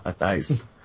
nice